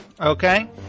Okay